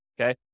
okay